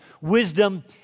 wisdom